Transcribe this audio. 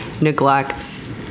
neglects